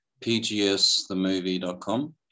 pgsthemovie.com